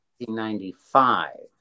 1995